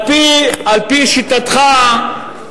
על-פי שיטתך,